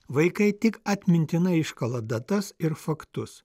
vaikai tik atmintinai iškala datas ir faktus